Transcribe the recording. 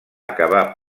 acabar